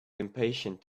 impatient